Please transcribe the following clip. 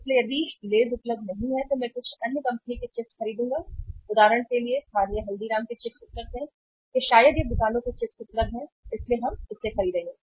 इसलिए यदि Lays उपलब्ध नहीं है तो मैं कुछ अन्य कंपनी के चिप्स खरीदूंगा उदाहरण के लिए स्थानीय हल्दीराम के चिप्स उपलब्ध हैं या शायद यह बिकानो के चिप्स उपलब्ध हैं इसलिए हम इसे खरीदेंगे